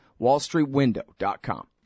WallStreetWindow.com